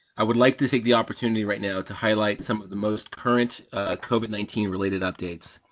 i would like to take the opportunity right now to highlight some of the most current covid nineteen related updates.